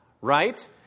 right